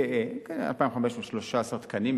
2,513 תקנים,